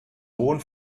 hohen